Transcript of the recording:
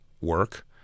work